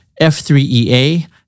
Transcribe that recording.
F3EA